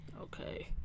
okay